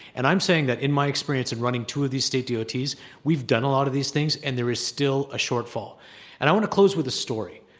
and i'm saying that in my experience in running two of these state dots we've done a lot of these things and there is still a shortfall. and i want to close with a story.